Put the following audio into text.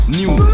new